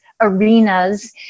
arenas